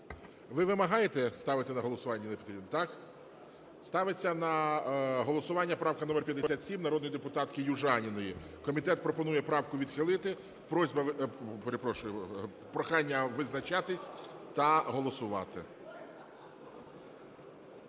Ви вимагаєте ставити на голосування, Ніна Петрівна, так? Ставиться на голосування правка номер 57 народної депутатки Южаніної. Комітет пропонує правку відхилити, просьба… перепрошую, прохання визначатись та голосувати.